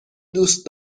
دوست